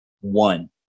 one